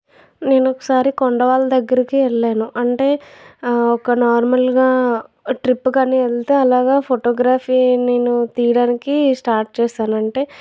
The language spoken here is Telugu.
నేను ఒకసారి కొండవాళ్ళ దగ్గరికి వెళ్ళాను అంటే ఒక నార్మల్గా ట్రిప్కని వెళ్తే అలాగా ఫోటోగ్రఫీ నేను తీయడానికి స్టార్ట్ చేసానంటే